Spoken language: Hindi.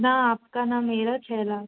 ना आपका ना मेरा छः लाख